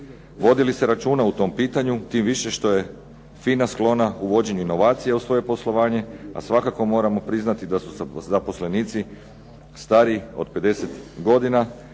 Vodi li se računa o tom pitanju tim više što je FINA sklona uvođenju inovacija u svoje poslovanje, a svakako moramo priznati da su zaposlenici stariji od 50 godina